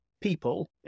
people